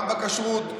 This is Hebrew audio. גם בכשרות,